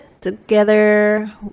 together